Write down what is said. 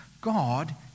God